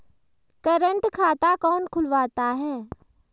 Current खाता कौन खुलवाता है?